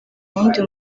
wundi